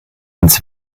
ins